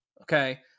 Okay